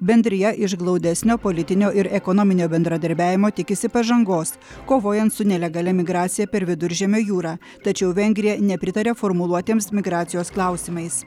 bendrija iš glaudesnio politinio ir ekonominio bendradarbiavimo tikisi pažangos kovojant su nelegalia migracija per viduržemio jūrą tačiau vengrija nepritaria formuluotėms migracijos klausimais